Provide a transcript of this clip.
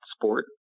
sport